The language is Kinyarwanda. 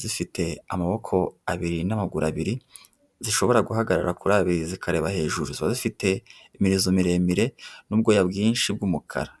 zifite amaboko abiri n'amaguru abiri, zishobora guhagarara kuri abiri zikareba hejuru. Ziba zifite imirizo miremire n'ubwoya bwinshi bw'umukara.